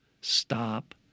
stop